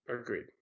Agreed